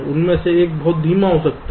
उनमें से एक बहुत धीमा हो सकता है